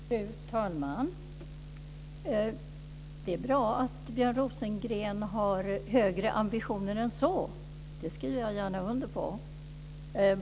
Fru talman! Det är bra att Björn Rosengren har högre ambitioner - det skriver jag gärna under på.